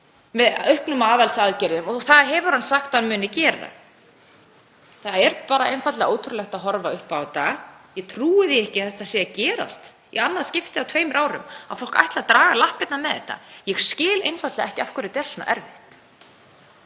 með auknum aðhaldsaðgerðum og það hefur hann sagt að hann muni gera. Það er einfaldlega ótrúlegt að horfa upp á þetta. Ég trúi því ekki að þetta sé að gerast í annað skiptið á tveimur árum, að fólk ætli að draga lappirnar með þetta. Ég skil einfaldlega ekki af hverju þetta er svona erfitt.